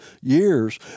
years